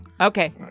okay